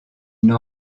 n’en